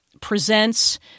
presents